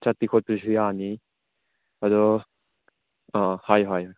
ꯆꯠꯄꯤ ꯈꯣꯠꯄꯤꯁꯨ ꯌꯥꯅꯤ ꯑꯗꯣ ꯑꯥ ꯍꯥꯏꯎ ꯍꯥꯏꯌꯨ